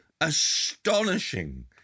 astonishing